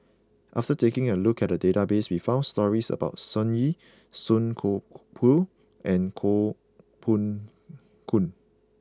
after taking a look at the database we found stories about Sun Yee Song Koon Poh and Koh Poh Koon